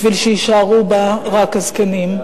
בשביל שיישארו בה רק הזקנים.